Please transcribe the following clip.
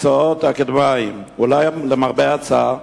מקצועות אקדמיים, אולם למרבה הצער,